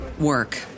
work